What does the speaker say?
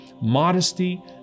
modesty